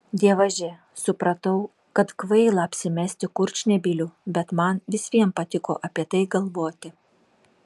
dievaži supratau kad kvaila apsimesti kurčnebyliu bet man vis vien patiko apie tai galvoti